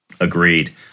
Agreed